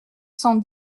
cent